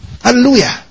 Hallelujah